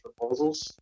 proposals